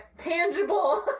tangible